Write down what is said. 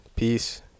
Peace